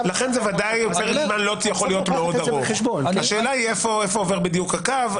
לכן פרק זמן צריך להיות לא ארוך מאוד השאלה איפה עובר הקו.